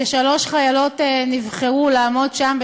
ששלוש חיילות נבחרו לעמוד שם,